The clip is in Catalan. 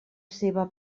seva